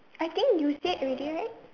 I think you said already right